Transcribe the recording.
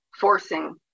forcing